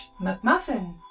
McMuffin